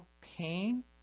pain